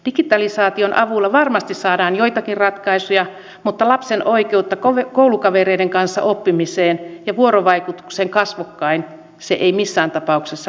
digitalisaation avulla varmasti saadaan joitakin ratkaisuja mutta lapsen oikeutta koulukavereiden kanssa oppimiseen ja vuorovaikutukseen kasvokkain se ei missään tapauksessa korvaa